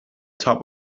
top